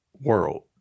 world